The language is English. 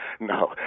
No